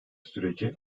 süreci